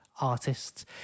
artists